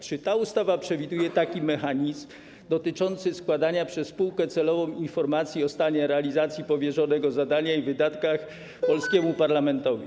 Czy ta ustawa przewiduje taki mechanizm dotyczący składania przez spółkę celową informacji o stanie realizacji powierzonego zadania i wydatkach polskiemu parlamentowi?